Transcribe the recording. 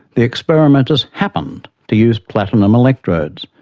the experimenters happened to use platinum electrodes,